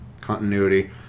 continuity